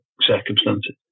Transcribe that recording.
circumstances